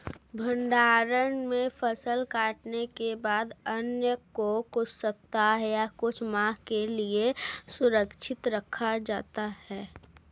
भण्डारण में फसल कटने के बाद अन्न को कुछ सप्ताह या कुछ माह के लिये सुरक्षित रखा जाता है